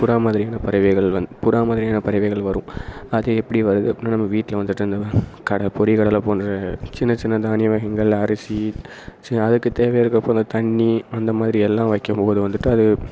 புறா மாதிரியான பறவைகள் வந்து புறா மாதிரியான பறவைகள் வரும் அது எப்படி வருது அப்படின்னா நம்ம வீட்டில வந்துட்டு அந்த கடை பொரிகடலை போன்ற சின்ன சின்ன தானியவகைகள் அரிசி செ அதுக்கு தேவை இருக்கிறப்ப அந்த தண்ணி அந்தமாதிரி எல்லாம் வைக்கும் போது வந்துட்டு அது